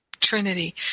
Trinity